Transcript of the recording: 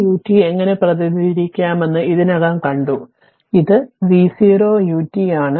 v0 ut എങ്ങനെ പ്രതിനിധീകരിക്കാമെന്ന് ഇതിനകം കണ്ടു ഇത് v0 ut ആണ്